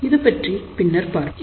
அதுபற்றி பின்னர் பார்ப்போம்